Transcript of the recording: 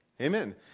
Amen